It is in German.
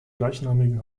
gleichnamigen